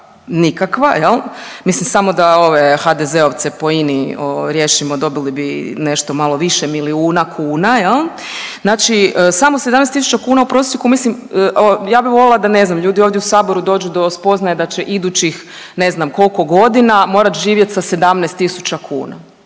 nikakva. Mislim samo da ove HDZ-ovce po INA-i riješimo dobili nešto malo više milijuna kuna jel. Znači samo 17.000 kuna u prosjeku mislim, ja bi volila da ne znam ljudi ovdje u saboru dođu do spoznaje da će idućih ne znam koliko godina morat živjet sa 17.000 kuna,